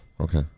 okay